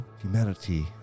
Humanity